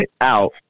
out